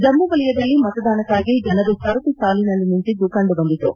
ಜಮ್ಮ ವಲಯದಲ್ಲಿ ಮತದಾನಕ್ಕಾಗಿ ಜನರು ಸರತಿ ಸಾಲಿನಲ್ಲಿ ನಿಂತಿದ್ದು ಕಂಡು ಬಂದಿತು